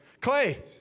Clay